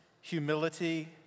humility